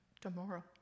tomorrow